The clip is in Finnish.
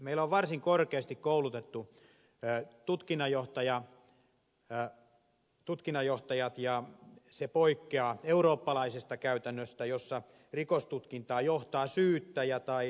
meillä on varsin korkeasti koulutetut tutkinnanjohtajat mikä poikkeaa eurooppalaisesta käytännöstä jossa rikostutkintaa johtaa syyttäjä tai tutkintatuomari